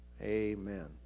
Amen